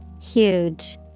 Huge